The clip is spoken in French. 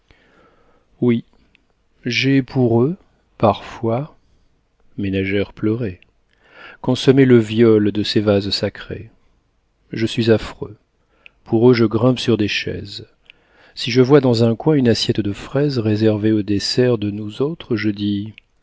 oui j'ai pour eux parfois ménagères pleurez consommé le viol de ces vases sacrés je suis affreux pour eux je grimpe sur des chaises si je vois dans un coin une assiette de fraises réservée au dessert de nous autres je